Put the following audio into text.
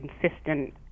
consistent